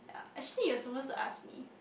actually you're supposed to ask me